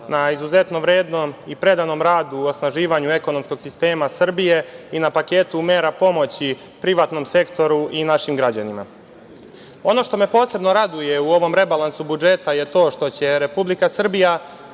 na izuzetno vrednom i predanom radu u osnaživanju ekonomskog sistema Srbije i na paketu mera pomoći privatnom sektoru i našim građanima. Ono što me posebno raduje u ovom rebalansu budžeta je to što će Republika Srbija